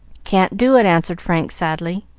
can't do it, answered frank, sadly.